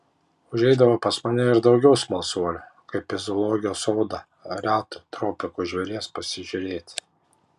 užeidavo pas mane ir daugiau smalsuolių kaip į zoologijos sodą reto tropikų žvėries pasižiūrėti